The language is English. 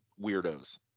weirdos